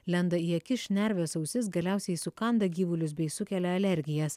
lenda į akis šnerves ausis galiausiai sukanda gyvulius bei sukelia alergijas